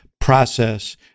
process